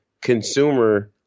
consumer